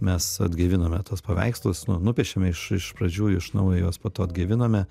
mes atgaivinome tuos paveikslus nu nupiešėme iš iš pradžių iš naujo juos po to atgaivinome